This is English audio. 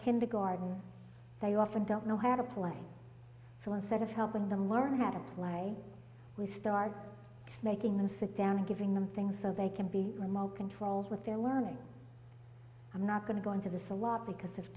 kindergarten they often don't know how to play so instead of helping them learn how to play we start making them sit down and giving them things so they can be remote controlled with their learning i'm not going to go into this a lot because of